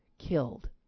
killed